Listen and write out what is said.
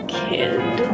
kid